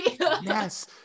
Yes